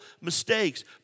mistakes